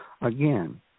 again